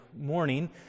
morning